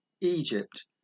Egypt